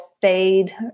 fade